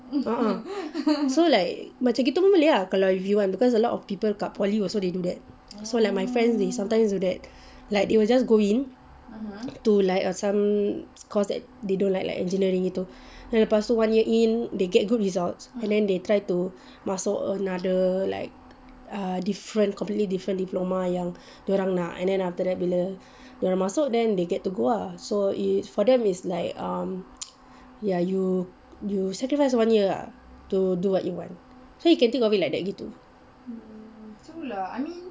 uh uh so like macam gitu pun boleh lah kalau if you want because a lot of people kat poly also they do that so like my friend they sometimes do that like it will just go in to like err some course that they don't like like engineering gitu then past one year in they get good results and then they try to muscle another like a different completely different diploma yang dorang nak and then after dorang masuk then they get to go ah so it for them is like um ya you you sacrifice one year ah to do what you want then so you can think of it like that gitu